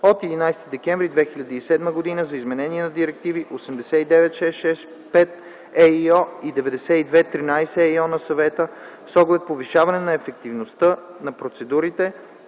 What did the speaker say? от 11 декември 2007 г. за изменение на директиви 89/665/ЕИО и 92/13/ЕИО на Съвета с оглед повишаване на ефективността на процедурите